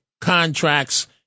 contracts